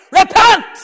repent